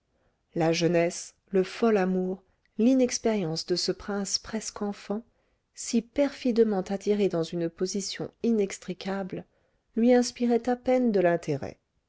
la jeunesse le fol amour l'inexpérience de ce prince presque enfant si perfidement attiré dans une position inextricable lui inspiraient à peine de l'intérêt